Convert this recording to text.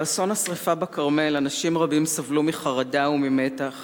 באסון השרפה בכרמל אנשים רבים סבלו מחרדה וממתח